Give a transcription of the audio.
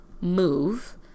move